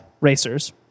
racers